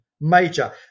Major